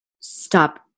stop